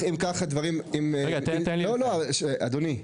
טוב, אדוני,